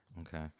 okay